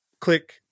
click